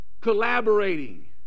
collaborating